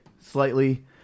Slightly